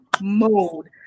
mode